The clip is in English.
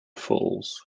falls